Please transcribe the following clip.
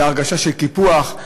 להרגשה של קיפוח,